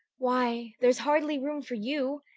why, there's hardly room for you,